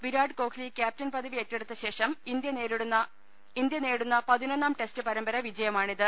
Virat Kohli captain പദവി ഏറ്റശേഷം India നേടുന്ന പതിനൊന്നാം ടെസ്റ്റ് പരമ്പര വിജയമാണിത്